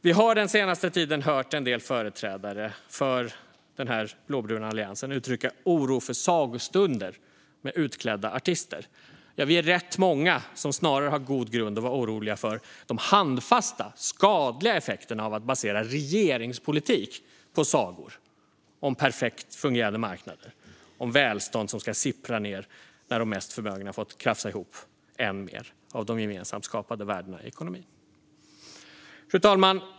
Vi har den senaste tiden hört en del företrädare för den blåbruna alliansen uttrycka oro för sagostunder med utklädda artister. Vi är rätt många som snarare har god grund att vara oroliga för de handfasta, skadliga effekterna av att basera regeringspolitik på sagor om perfekt fungerande marknader och om välstånd som ska sippra ned när de mest förmögna har fått krafsa ihop än mer av de gemensamt skapade värdena i ekonomin. Fru talman!